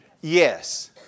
Yes